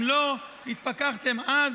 אם לא התפכחתם אז,